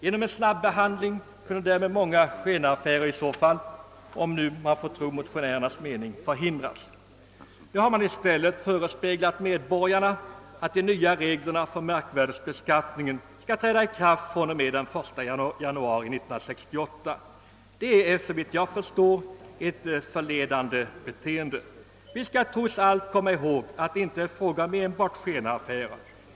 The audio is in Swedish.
Genom en snabbehandling hade därmed många skenaffärer — om man får tro motionärerna — kunnat hindras. Nu har i stället medborgarna förespeglats att de nya reglerna för markvärdebeskattningen skall träda i kraft från och med den 1 januari 1968. Detta är såvitt jag förstår ett beteende som är missvisande och ägnat att förleda allmänheten. Vi skall trots allt komma ihåg att det inte är fråga om enbart skenaffärer.